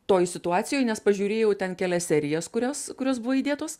toj situacijoj nes pažiūrėjau ten kelias serijas kurios kurios buvo įdėtos